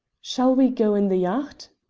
shall we go in the yacht?